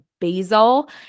basil